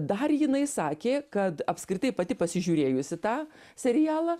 dar jinai sakė kad apskritai pati pasižiūrėjusi tą serialą